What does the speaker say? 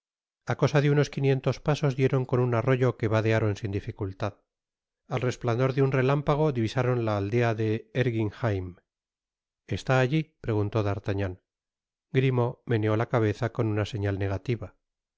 a cosa de unos quinientos pasps dieron con un arroyo que vadearon sin dificultad al resplandor de un relámpago divisaron la aldea de erguinheim está alli preguntó d'artagnan grimaud meneó la cabeza con una señal negativa